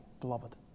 beloved